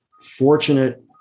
fortunate